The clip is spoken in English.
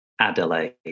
Adelaide